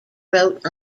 wrote